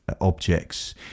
objects